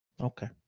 okay